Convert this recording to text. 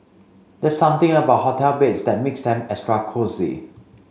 there's something about hotel beds that makes them extra cosy